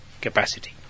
capacity